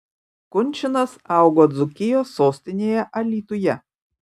kunčinas augo dzūkijos sostinėje alytuje